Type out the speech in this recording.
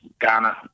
Ghana